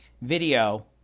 video